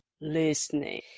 listening